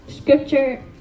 Scripture